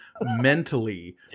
mentally